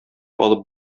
алып